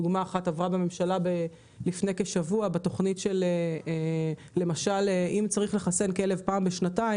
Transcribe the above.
דוגמה אחת עברה בממשלה לפני כשבוע אם צריך לחסן כלב פעם בשנתיים